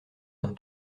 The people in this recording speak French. d’un